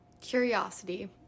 curiosity